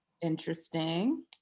Interesting